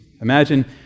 Imagine